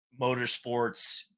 motorsports